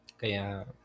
Kaya